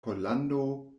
pollando